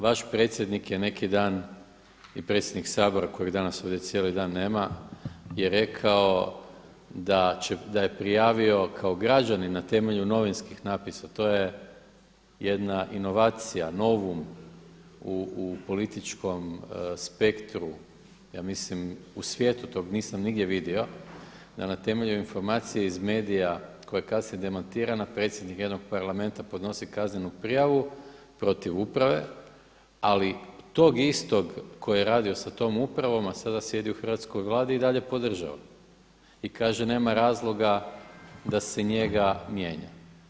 Vaš predsjednik je neki dan i predsjednik Sabora kojeg danas ovdje cijeli dan nema je rekao da će, da je prijavio kao građanin na temelju novinskih natpisa, to je jedna inovacija, novum u političkom spektru, ja mislim u svijetu to nisam nigdje vidio da na temelju informacija iz medija koja je kasnije demantirana predsjednik jednog parlamenta podnosi kaznenu prijavu protiv uprave ali tog istog koji je radio sa tom upravom a sada sjedi u hrvatskoj Vladi i dalje podržao i kaže nema razloga da se njega mijenja.